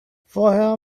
vorher